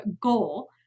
goal